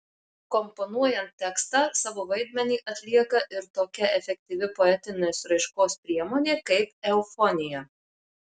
komponuojant tekstą savo vaidmenį atlieka ir tokia efektyvi poetinės raiškos priemonė kaip eufonija